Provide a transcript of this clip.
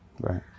right